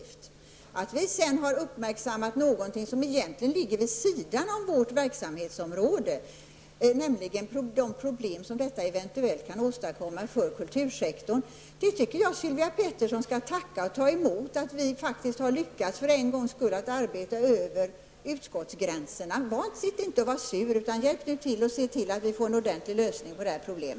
Jag tycker att Sylvia Pettersson skall tacka och ta emot att vi i arbetsmarknadsutskottet har uppmärksammat något som egentligen ligger vid sidan av vårt verksamhetsområde, nämligen de problem som detta eventuellt kan åstadkomma för kultursektorn, dvs. att vi för en gångs skull har lyckats att arbeta över utskottsgränserna. Sitt inte och var sur utan hjälp nu till att få en ordentlig lösning på detta problem!